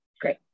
Great